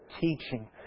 teaching